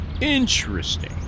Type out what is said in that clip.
interesting